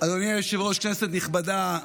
אדוני היושב-ראש, כנסת נכבדה,